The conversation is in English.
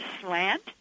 slant